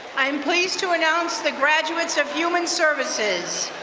i am pleased to announce the graduates of human services.